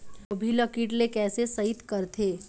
गोभी ल कीट ले कैसे सइत करथे?